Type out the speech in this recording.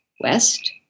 west